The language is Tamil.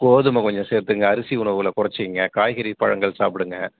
கோதுமை கொஞ்சம் சேர்த்துங்க அரிசி உணவுகளை கொறைச்சிக்குங்க காய்கறி பழங்கள் சாப்பிடுங்க